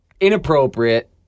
Inappropriate